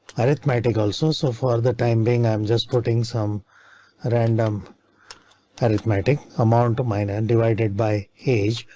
arithmetic also. so for the time being i'm just putting some random arithmetic amount of mine and divided by age,